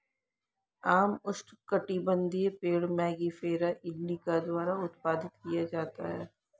आम उष्णकटिबंधीय पेड़ मैंगिफेरा इंडिका द्वारा उत्पादित किया जाता है